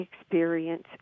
experience